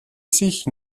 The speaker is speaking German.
sich